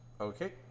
Okay